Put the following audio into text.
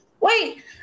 wait